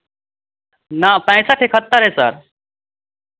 ना पैंसठ इकहत्तर है सर